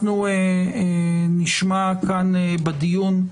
אנחנו נשמע כאן, בדיון,